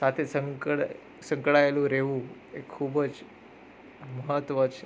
સાથે સંકળ સંકળાયેલું રહેવું એ ખૂબ જ મહત્ત્વ છે